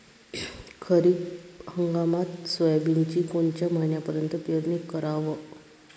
खरीप हंगामात सोयाबीनची कोनच्या महिन्यापर्यंत पेरनी कराव?